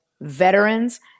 veterans